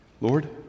Lord